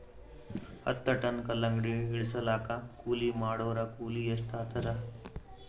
ಹತ್ತ ಟನ್ ಕಲ್ಲಂಗಡಿ ಇಳಿಸಲಾಕ ಕೂಲಿ ಮಾಡೊರ ಕೂಲಿ ಎಷ್ಟಾತಾದ?